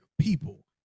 people